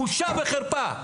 בושה וחרפה.